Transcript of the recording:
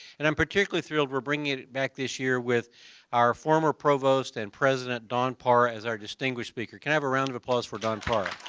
and i'm particularly thrilled we're bringing it it back this year with our former provost and president don para as our distinguished speaker. can i have a round of applause for don para?